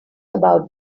about